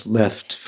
left